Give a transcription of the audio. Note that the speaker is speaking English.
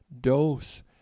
dose